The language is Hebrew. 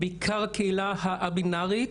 בעיקר הקהילה הא-בינארית.